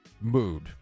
mood